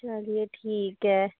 चलिए ठिक है